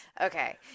okay